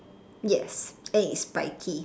yes a spiky